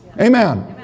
Amen